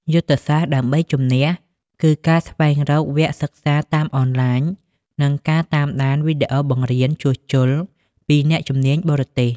យុទ្ធសាស្ត្រដើម្បីជំនះគឺការស្វែងរកវគ្គសិក្សាតាមអនឡាញ និងការតាមដានវីដេអូបង្រៀនជួសជុលពីអ្នកជំនាញបរទេស។